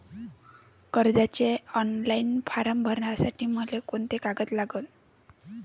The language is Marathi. कर्जाचे ऑनलाईन फारम भरासाठी मले कोंते कागद लागन?